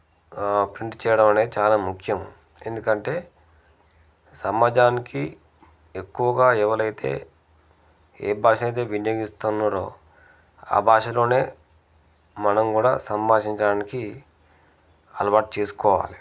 print చేయడం అనేది చాలా ముఖ్యం ఎందుకంటే సమాజానికి ఎక్కువగా ఎవరైతే ఏ భాషయితే వినియోగిస్తున్నరో ఆ భాషలోనే మనం కూడా సంభాషించడానికి అలవాటు చేసుకోవాలే